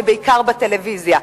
ובעיקר בטלוויזיה.